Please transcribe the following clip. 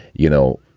you know,